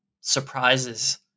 surprises